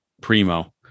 primo